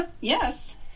Yes